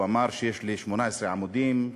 הוא אמר: יש לי 18 עמודים,